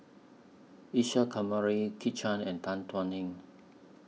Isa Kamari Kit Chan and Tan Thuan Heng